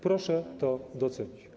Proszę to docenić.